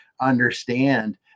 understand